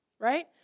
right